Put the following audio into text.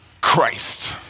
Christ